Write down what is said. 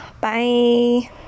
Bye